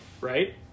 right